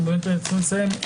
ואנחנו באמת צריכים לסיים,